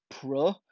Pro